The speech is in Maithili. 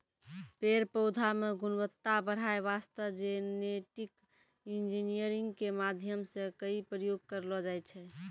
पेड़ पौधा मॅ गुणवत्ता बढ़ाय वास्तॅ जेनेटिक इंजीनियरिंग के माध्यम सॅ कई प्रयोग करलो जाय छै